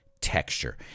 texture